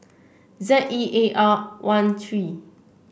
Z E A R one three